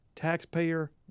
Taxpayer